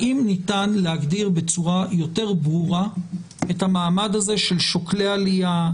האם ניתן להגדיר בצורה יותר ברורה את המעמד הזה של שוקלי עלייה?